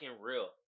real